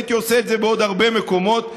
הייתי עושה את זה בעוד הרבה מקומות אחרים.